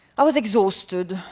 i was exhausted,